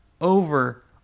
over